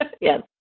Yes